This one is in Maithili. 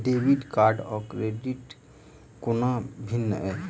डेबिट कार्ड आ क्रेडिट कोना भिन्न है?